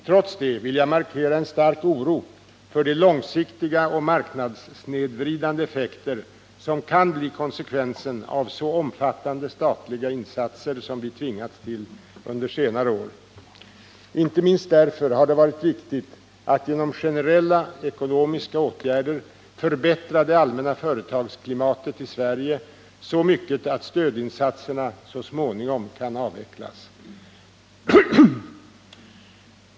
Trots det vill jag markera en stark oro för de långsiktiga och marknadssnedvridande effekter som kan bli konsekvensen av så omfattande statliga insatser som vi tvingats till under senare år. Inte minst därför har det varit viktigt att genom generella ekonomiska åtgärder förbättra det allmänna företagsklimatet i Sverige så mycket att stödinsatserna så småningom kan avvecklas.